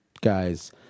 guys